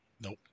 Nope